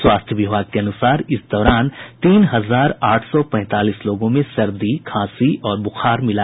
स्वास्थ्य विभाग के अनुसार इस दौरान तीन हजार आठ सौ पैंतालीस लोगों में सर्दी खांसी और ब्रुखार मिला